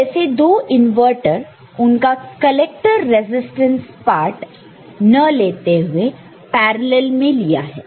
तो ऐसे दो इनवर्टर उनका कलेक्टर रेजिस्टेंस पार्ट न लेते हुए पैरॅलल् में लिया है